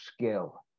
skill